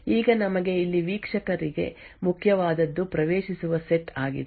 ಈಗ ನಮಗೆ ಇಲ್ಲಿ ವೀಕ್ಷಕರಿಗೆ ಮುಖ್ಯವಾದದ್ದು ಪ್ರವೇಶಿಸುವ ಸೆಟ್ ಆಗಿದೆ